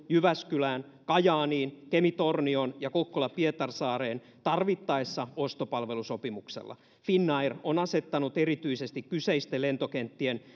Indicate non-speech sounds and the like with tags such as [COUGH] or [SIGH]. jyväskylään kajaaniin kemi tornioon ja kokkola pietarsaareen tarvittaessa ostopalvelusopimuksella finnair on asettanut erityisesti kyseisten lentokenttien [UNINTELLIGIBLE]